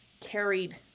carried